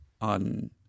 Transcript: On